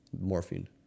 morphine